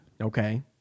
Okay